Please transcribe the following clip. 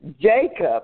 Jacob